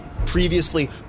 previously